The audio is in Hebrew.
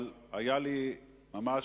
אבל היה לי ממש,